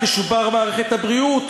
תשופר מערכת הבריאות.